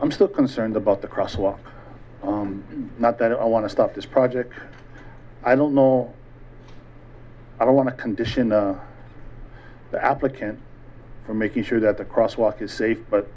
i'm still concerned about the crosswalk not that i want to stop this project i don't know i don't want to condition the applicant for making sure that the crosswalk is safe but